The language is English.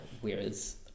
whereas